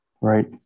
right